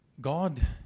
God